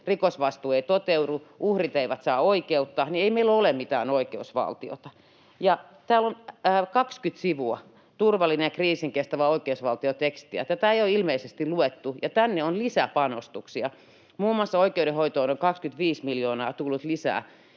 rikosvastuu ei toteudu, uhrit eivät saa oikeutta, niin ei meillä ole mitään oikeusvaltiota. Täällä on 20 sivua Turvallinen ja kriisinkestävä oikeusvaltio ‑tekstiä — tätä ei ole ilmeisesti luettu — ja tänne on lisäpanostuksia. Muun muassa oikeudenhoitoon on 25 miljoonaa tullut lisää,